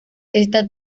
esta